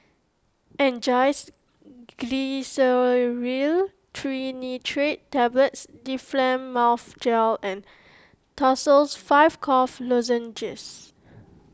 Angised Glyceryl Trinitrate Tablets Difflam Mouth Gel and Tussils five Cough Lozenges